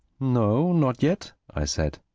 no, not yet, i said.